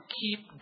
keep